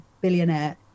Billionaire